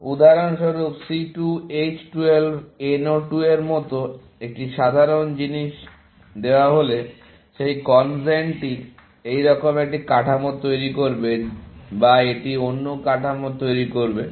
উদাহরণস্বরূপ C 2 H 12 NO 2 এর মতো একটি সাধারণ জিনিস দেওয়া হলে এই কনজেনটি এইরকম একটি কাঠামো তৈরি করবে বা এটি অন্য কাঠামো তৈরি করবে